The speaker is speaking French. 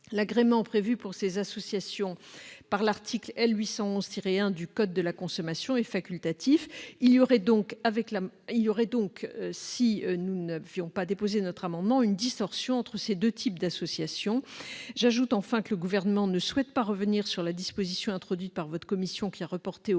L'agrément prévu pour ces associations par l'article L. 811-1 du code de la consommation est facultatif. Il y aurait donc, si nous n'avions pas déposé notre amendement, une distorsion entre ces deux types d'association. J'ajoute enfin que le Gouvernement ne souhaite pas revenir sur la disposition introduite par votre commission, qui a reporté au